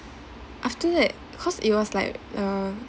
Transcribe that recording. after that cause it was like uh